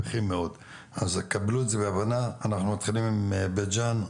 אנחנו מתחילים עם בית ג'ן,